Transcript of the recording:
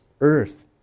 earth